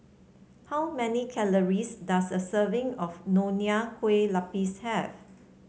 how many calories does a serving of Nonya Kueh Lapis have